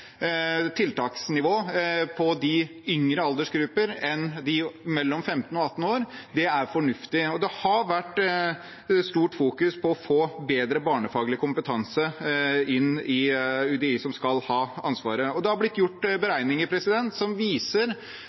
tiltaksnivå for de yngre aldersgrupper enn for dem mellom 15 og 18 år, er fornuftig. Det har vært fokusert mye på å få bedre barnefaglig kompetanse inn i UDI, som skal ha ansvaret, og det har blitt gjort beregninger som viser